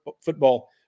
football